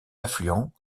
affluents